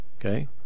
okay